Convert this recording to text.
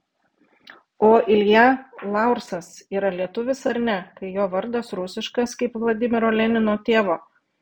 o ilja laursas yra lietuvis ar ne kai jo vardas rusiškas kaip vladimiro lenino tėvo